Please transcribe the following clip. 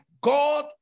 God